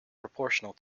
proportional